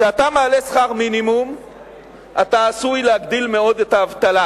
כשאתה מעלה שכר מינימום אתה עשוי להגדיל מאוד את האבטלה,